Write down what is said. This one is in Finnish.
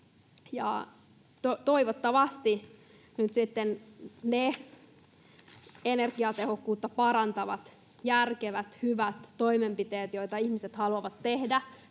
sitten ne energiatehokkuutta parantavat, järkevät, hyvät toimenpiteet, joita ihmiset haluavat tehdä